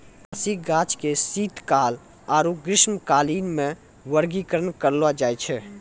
वार्षिक गाछ के शीतकाल आरु ग्रीष्मकालीन मे वर्गीकरण करलो जाय छै